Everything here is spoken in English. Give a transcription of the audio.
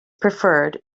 preferred